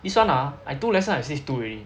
this one ah I two lesson I switch two already